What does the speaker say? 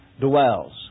dwells